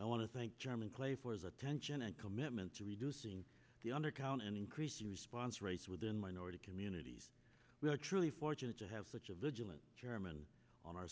i want to thank chairman clay for his attention and commitment to reducing the undercount and increasing response rates within minority communities we are truly fortunate to have such a vigilant chairman on our